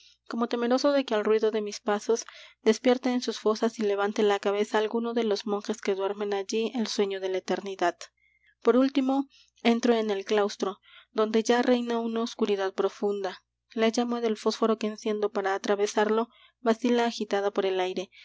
como temeroso de que al ruido de mis pasos despierte en sus fosas y levante la cabeza alguno de los monjes que duermen allí el sueño de la eternidad por último entro en el claustro donde ya reina una oscuridad profunda la llama del fósforo que enciendo para atravesarlo vacila agitada por el aire